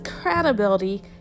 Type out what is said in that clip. credibility